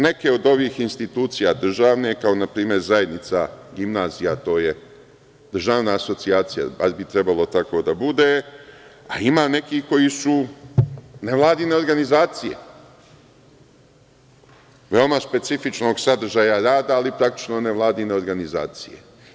Ovde su neke od ovih institucija državne, kao na primer Zajednica gimnazija, a to je državna asocijacija, bar bi trebalo tako da bude, a ima neki koji su nevladine organizacije, veoma specifičnog sadržaja rada, ali praktično nevladine organizacije.